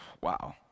Wow